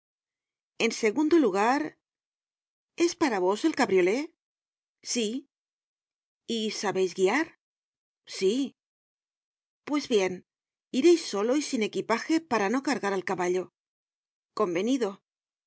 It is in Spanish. en segundo lugar es para vos el cabriolé sí y sabeis guiar sí pues bien ireis solo y sin equipaje para no cargar al caballo convenido